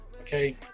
Okay